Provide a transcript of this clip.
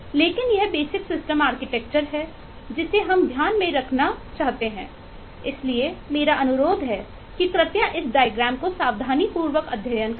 लेकिन यह basic system structure का सावधानीपूर्वक अध्ययन करें